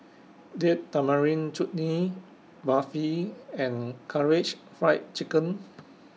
Date Tamarind Chutney Barfi and Karaage Fried Chicken